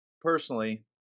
personally